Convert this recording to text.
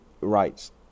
rights